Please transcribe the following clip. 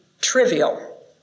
trivial